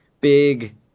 big